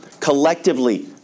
Collectively